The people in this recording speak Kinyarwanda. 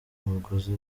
umugozi